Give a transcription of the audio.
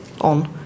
on